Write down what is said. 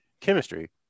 chemistry